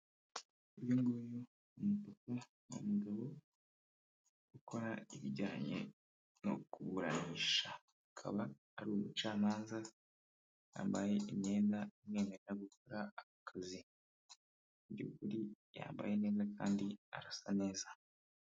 Uyu nguyu ni umupapa, ni umugabo ukora ibijyanye no kuburanisha, akaba ari umucamanza, yambaye imyenda imwemerera gukora akazi, mu by'ukuri yambaye neza kandi arasa neza.